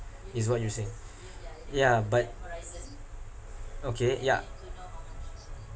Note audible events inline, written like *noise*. is what you're saying *breath* yeah but okay ya